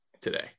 today